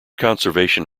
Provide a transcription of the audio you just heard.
conservation